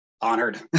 honored